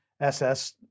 SS